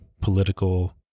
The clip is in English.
political